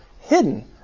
Hidden